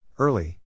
Early